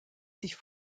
sich